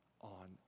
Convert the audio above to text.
on